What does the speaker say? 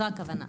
זו הכוונה.